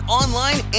online